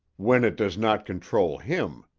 when it does not control him,